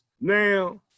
Now